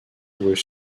were